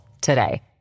today